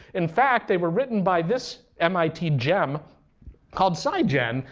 in fact, they were written by this mit gem called scigen,